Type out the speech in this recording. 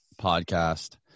podcast